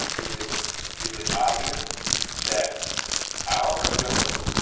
is it is it obvious that our ability